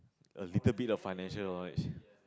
a little bit of financial knowledge